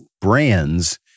brands